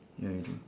ya you drink